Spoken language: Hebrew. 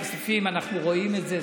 הכספים רואים את זה.